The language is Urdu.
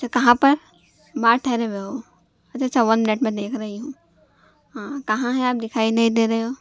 جی کہاں پر وہاں ٹھہرے ہوئے ہو اچھا اچھا ون منٹ میں دیکھ رہی ہوں ہاں کہاں ہیں آپ دکھائی نہیں دے رہے ہو